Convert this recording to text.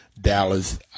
Dallas